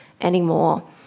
anymore